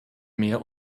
mehr